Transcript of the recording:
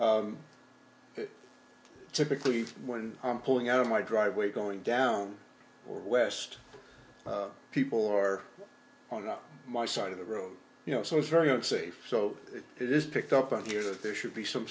know typically when i'm pulling out of my driveway going down or west people are on up my side of the road you know so it's very unsafe so it is picked up on here that there should be some